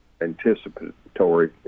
anticipatory